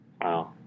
wow